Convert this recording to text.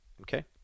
Okay